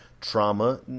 trauma